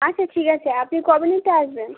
আচ্ছা ঠিক আছে আপনি কবে নিতে আসবেন